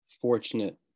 fortunate